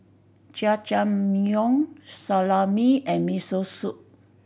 Jajangmyeon Salami and Miso Soup